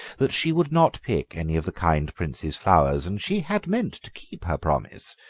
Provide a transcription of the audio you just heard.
that she would not pick any of the kind prince's flowers, and she had meant to keep her promise,